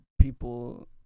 people